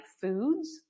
foods